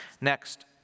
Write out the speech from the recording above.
Next